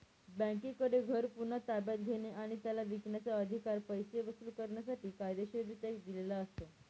बँकेकडे घर पुन्हा ताब्यात घेणे आणि त्याला विकण्याचा, अधिकार पैसे वसूल करण्यासाठी कायदेशीररित्या दिलेला असतो